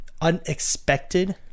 unexpected